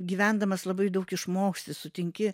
gyvendamas labai daug išmoksti sutinki